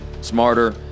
smarter